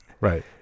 Right